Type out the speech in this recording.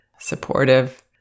supportive